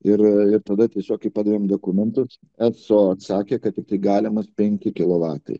ir tada tiesiog padavėme dokumentus eso atsakė kad tiktai galimas penki kilovatai